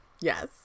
Yes